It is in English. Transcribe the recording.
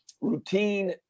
routine